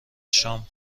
شام